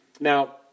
Now